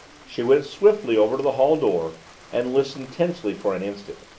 she went swiftly over to the hall door and listened tensely for an instant.